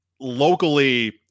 locally